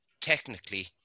technically